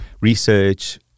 research